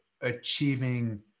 achieving